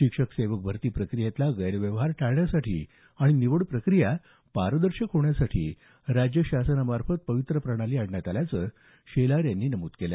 शिक्षक सेवक भरती प्रक्रियेतला गैरव्यवहार टाळण्यासाठी आणि निवड प्रक्रिया पारदर्शक होण्यासाठी राज्य शासनामार्फत पवित्र प्रणाली आणण्यात आल्याचं शेलार यांनी नमूद केलं